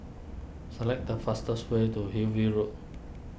select the fastest way to Hillview Road